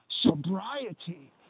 sobriety